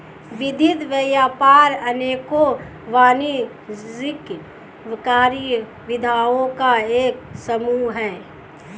वित्त व्यापार अनेकों वाणिज्यिक कार्यविधियों का एक समूह है